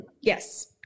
Yes